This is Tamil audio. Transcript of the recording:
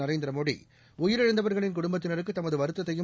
நரேந்திரமோடி உயிரிழந்தவர்களின் குடுப்பத்தினருக்கு தமது வருத்தத்தையும்